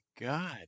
God